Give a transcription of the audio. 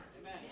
Amen